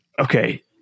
Okay